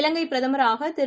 இலங்கைப் பிரதமராகதிரு